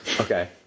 Okay